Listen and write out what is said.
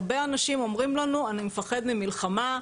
הרבה אנשים אומרים לנו, אני מפחד ממלחמה.